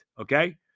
okay